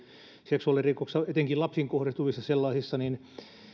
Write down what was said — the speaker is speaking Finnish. seksuaalirikoksissa etenkin lapsiin kohdistuvissa sellaisissa niin